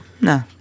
No